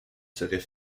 serait